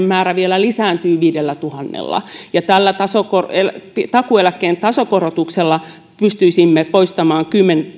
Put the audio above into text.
määrä vielä lisääntyy viidellätuhannella tällä takuueläkkeen tasokorotuksella pystyisimme poistamaan